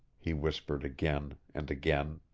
he whispered again and again.